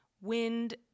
wind